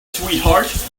sweetheart